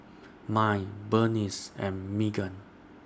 Mai Berniece and Meggan